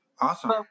awesome